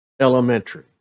elementary